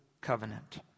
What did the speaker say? covenant